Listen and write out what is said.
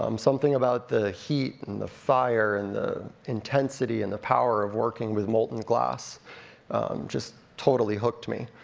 um something about the heat, and the fire, and the intensity, and the power of working with molten glass just totally hooked me.